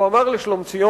הוא אמר לשלומציון,